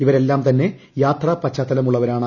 ഇവരെല്ലാം തന്നെ യാത്രാ പശ്ചാത്തലമുള്ളവരാണ്